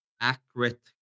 accurate